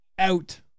Out